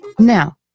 Now